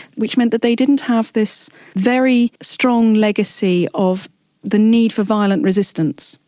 which meant that they didn't have this very strong legacy of the need for violent resistance,